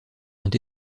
ont